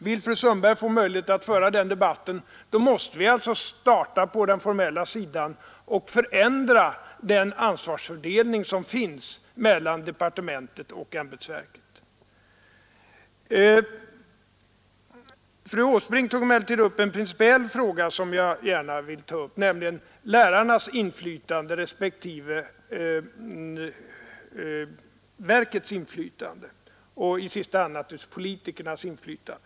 Om fru Sundberg vill ha möjligheter att föra den debatten, så måste vi alltså starta på den formella sidan och förändra den ansvarsfördelning som finns mellan departementet och ämbetsverket. Fru Åsbrink tog också upp en principiell fråga som jag gärna vill säga något om, nämligen lärarnas respektive verkets inflytande — och i sista hand naturligtvis också parlamentarikernas inflytande.